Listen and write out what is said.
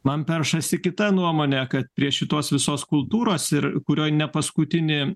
man peršasi kita nuomonė kad prie šitos visos kultūros ir kurio ne paskutinį